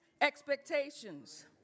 expectations